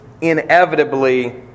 inevitably